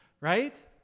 Right